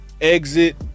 exit